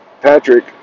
Patrick